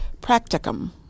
Practicum